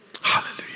Hallelujah